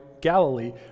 Galilee